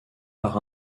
par